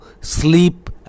sleep